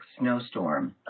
snowstorm